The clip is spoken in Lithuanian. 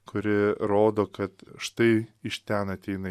kuri rodo kad štai iš ten ateina